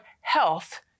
health